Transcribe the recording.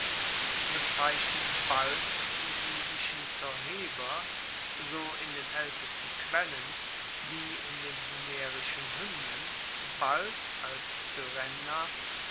bezeichnen bald die lydischen torrheber so in den aeltesten quellen wie in den homerischen hymnen bald als